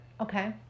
Okay